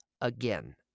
again